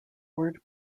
word